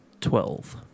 Twelve